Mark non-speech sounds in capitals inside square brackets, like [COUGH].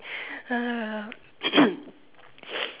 ah [COUGHS]